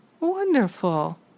wonderful